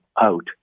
out